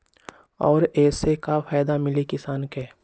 और ये से का फायदा मिली किसान के?